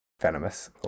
venomous